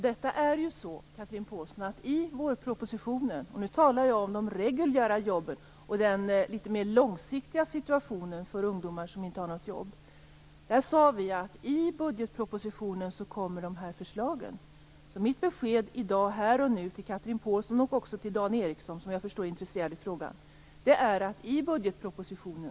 Herr talman! I vårpropositionen - och nu talar jag om de reguljära jobben och situationen litet mer långsiktigt för de ungdomar som inte har något jobb - sade vi att dessa förslag kommer att presenteras i budgetpropositionen. Mitt besked här i dag till Chatrine Pålsson och också till Dan Ericsson, som jag förstår är intresserad av frågan, är att förslagen kommer i budgetpropositionen.